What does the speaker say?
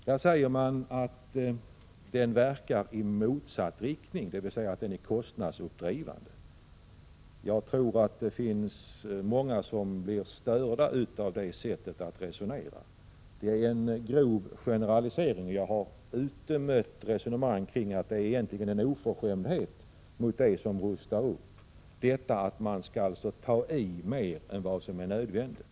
Man säger att den verkar i motsatt riktning — dvs. den är kostnadsuppdrivande. Jag tror att många blir störda av ett sådant resonemang. Det är nämligen att göra en grov Prot. 1986/87:50 generalisering. När jag varit ute bland olika människor har jag fått den 16 december 1986 uppfattningen att de egentligen upplever det som en oförskämdhet mot dem som gör upprustningar att man skall ta i mer än som är nödvändigt.